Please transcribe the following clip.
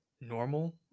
normal